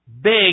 big